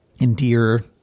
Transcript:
endear